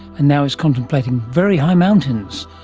and now is contemplating very high mountains.